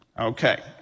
Okay